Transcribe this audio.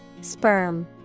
Sperm